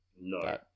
No